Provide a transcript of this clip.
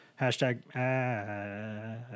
Hashtag